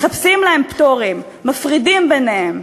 מחפשים להם פטורים, מפרידים ביניהם?